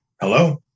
hello